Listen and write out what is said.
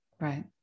Right